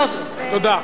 תודה.